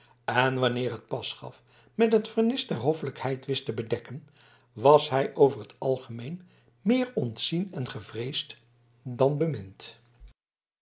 en wanneer het pas gaf met het vernis der hoffelijkheid wist te bedekken was hij over t algemeen meer ontzien en gevreesd dan bemind